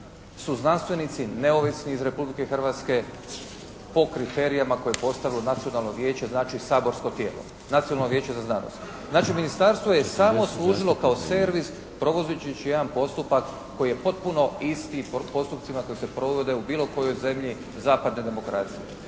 su znanstvenici neovisni iz Republike Hrvatske po kriterijima koje je postavilo Nacionalno vijeće, znači saborsko tijelo, Nacionalno vijeće za znanost. Znači ministarstvo je samo služilo kao servis provodeći jedan postupak koji je potpuno isti postupcima koji se provode u bilo kojoj zemlji zapadne demokracije.